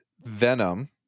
Venom